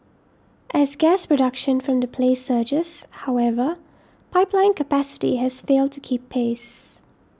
as gas production from the play surges however pipeline capacity has failed to keep pace